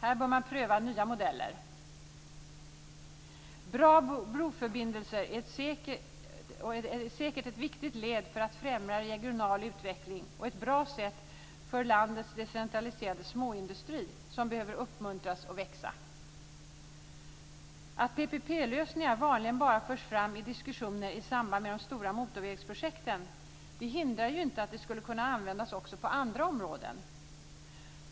Här bör man pröva nya modeller. Bra broförbindelser är säkert ett viktigt led för att främja regional utveckling och ett bra sätt för landets decentraliserade småindustri, som behöver uppmuntras och växa. Att PPP-lösningar vanligen bara förs fram i diskussioner i samband med de stora motorvägsprojekten hindrar inte att de skulle kunna användas också på andra områden.